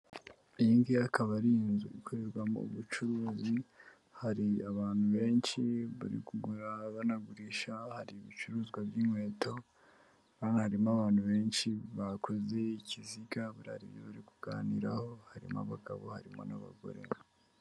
Iyi ngiyi akaba ari inzu ikorerwamo ubucuruzi, hari abantu benshi bari kugura banagurisha hari ibicuruzwa by'inkweto, harimo abantu benshi bakoze ikiziga, buriya hari ibyo bari kuganiraho harimo abagabo harimo n'abagore.